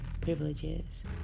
privileges